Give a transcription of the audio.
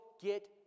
get